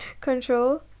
control